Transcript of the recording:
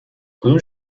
کدوم